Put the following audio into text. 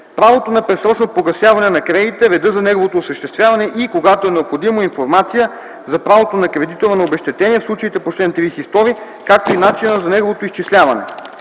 правото на предсрочно погасяване на кредита, реда за неговото осъществяване и, когато е необходимо, информация за правото на кредитора на обезщетение в случаите по чл. 32, както и начина за неговото изчисляване;